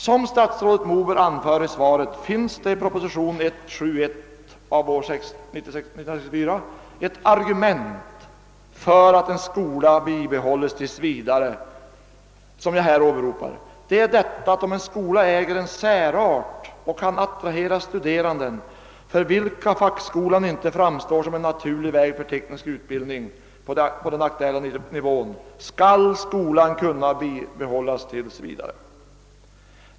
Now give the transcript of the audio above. Som statsrådet Moberg anför i svaret finns det i propositionen 1964:171 ett argument för att en skola bibehålles tills vidare. Det är just det argument som jag här åberopat, nämligen att skolan äger en särart och — för att använda statsrådets egna ord — »därmed kan attrahera studerande, för vilka fackskolan inte framstår som en naturlig väg för teknisk utbildning på den nivå som här är aktuell».